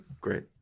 Great